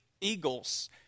eagles